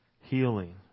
healing